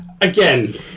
Again